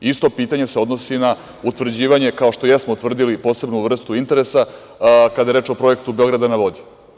Isto pitanje se odnosi na utvrđivanje, kao što jesmo utvrdili posebnu vrstu interesa, kada je reč o projektu "Beograda na vodi"